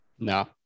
No